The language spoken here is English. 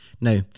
Now